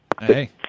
Hey